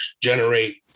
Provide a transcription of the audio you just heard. generate